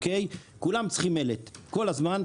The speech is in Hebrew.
כולם צריכים מלט כל הזמן,